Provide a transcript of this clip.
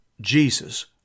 Jesus